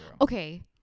Okay